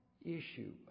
issue